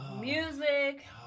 music